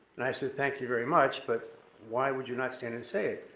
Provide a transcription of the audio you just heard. and i said thank you very much, but why would you not stand and say it?